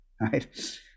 right